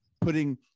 putting